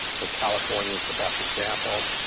so california is the best example,